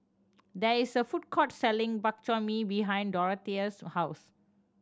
there is a food court selling Bak Chor Mee behind Dorathea's house